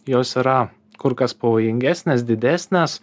jos yra kur kas pavojingesnės didesnės